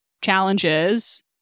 challenges